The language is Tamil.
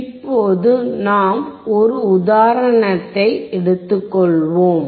இப்போது நாம் ஒரு உதாரணத்தை எடுத்துக்கொள்வோம்